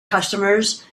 customers